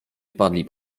wpadli